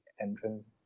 entrance